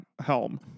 helm